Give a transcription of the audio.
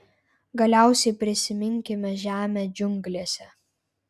galiausiai prisiminkime žemę džiunglėse